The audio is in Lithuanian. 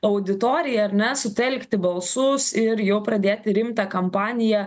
auditoriją ar ne sutelkti balsus ir jau pradėti rimtą kampaniją